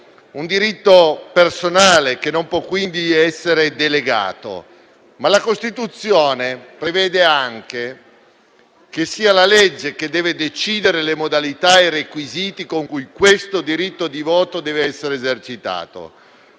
un diritto personale, che non può quindi essere delegato. La Costituzione prevede anche che sia la legge a dover decidere le modalità e i requisiti con cui il diritto di voto deve essere esercitato: